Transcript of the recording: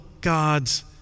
God's